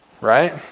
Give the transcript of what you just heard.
Right